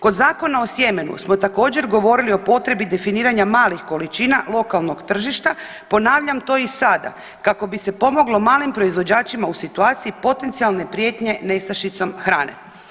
Kod zakona o sjemenu smo također govorili o potrebi definiranja malih količina lokalnog tržišta ponavljam to i sada kako bi se pomoglo malim proizvođačima u situaciji potencijalne prijetnje nestašicom hrane.